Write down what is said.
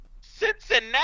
Cincinnati